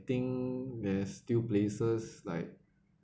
think there's still places like